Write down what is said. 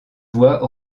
voie